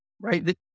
Right